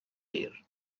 hir